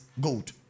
gold